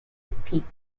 peaked